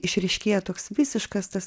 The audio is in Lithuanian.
išryškėja toks visiškas tas